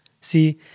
see